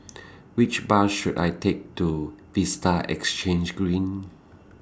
Which Bus should I Take to Vista Exhange Green